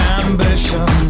ambition